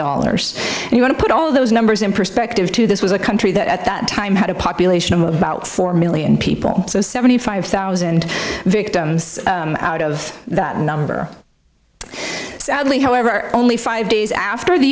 dollars and i want to put all of those numbers in perspective to this was a country that at that time had a population of about four million people so seventy five thousand victims out of that number sadly however only five days after the